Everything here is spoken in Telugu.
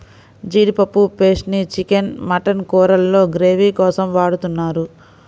జీడిపప్పు పేస్ట్ ని చికెన్, మటన్ కూరల్లో గ్రేవీ కోసం వాడుతున్నారు